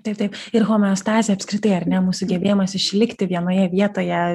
taip taip ir homeostazė apskritai ar ne mūsų gebėjimas išlikti vienoje vietoje